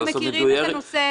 אנחנו מכירים את הנושא.